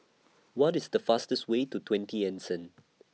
What IS The fastest Way to twenty Anson